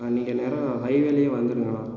நீங்கள் நேரா ஹைவேலயே வந்துடுங்கண்ணா